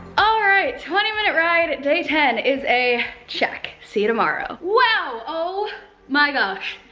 all right, twenty minute ride, day ten is a check. see you tomorrow. wow, oh my gosh.